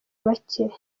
bake